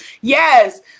Yes